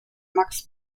max